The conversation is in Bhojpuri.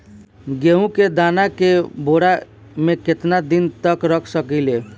गेहूं के दाना के बोरा में केतना दिन तक रख सकिले?